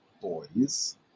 boys